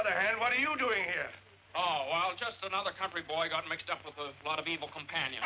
other hand what are you doing here oh i'm just another country boy i got mixed up with a lot of people companion